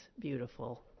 beautiful